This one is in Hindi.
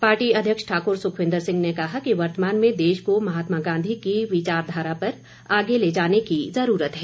पार्टी अध्यक्ष ठाकुर सुखविन्दर सिंह ने कहा कि वर्तमान में देश को महात्मा गांधी की विचारधारा पर आगे ले जाने की ज़रूरत है